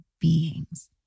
beings